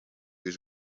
was